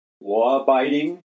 law-abiding